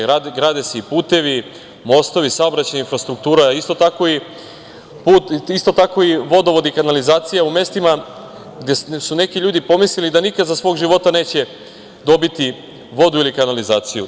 Grade se i putevi, mostovi, saobraćajna infrastruktura, isto tako i vodovod i kanalizacija u mestima gde su neki ljudi pomislili da nikada za svog života neće dobiti vodu ili kanalizaciju.